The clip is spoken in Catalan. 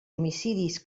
homicidis